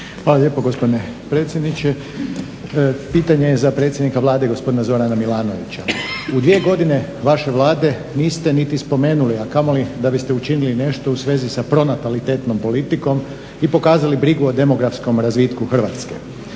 Hvala lijepo gospodine predsjedniče. Pitanje je za predsjednika Vlade gospodina Zorana Milanovića. U svije godine vaše Vlade niste niti spomenuli, a kamoli da biste učinili nešto u svezi sa pronatalitetnom politikom i pokazali brigu o demografskom razvitku Hrvatske.